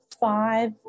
five